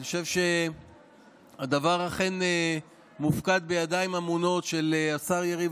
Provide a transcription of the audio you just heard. אני חושב שהדבר אכן מופקד בידיים האמונות של השר יריב